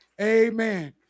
Amen